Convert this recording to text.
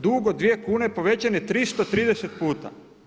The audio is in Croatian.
Dug od 2 kune povećan je 330 puta.